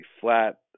flat